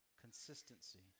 consistency